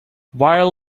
viral